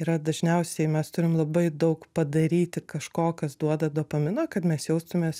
yra dažniausiai mes turim labai daug padaryti kažko kas duoda dopamino kad mes jaustumės